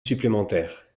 supplémentaire